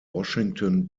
washington